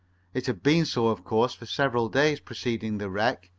it had been so, of course, for several days preceding the wreck,